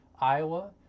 Iowa